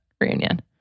reunion